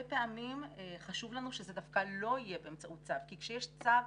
פעמים חשוב לנו שזה דווקא לא יהיה באמצעות צו כי כשיש צו,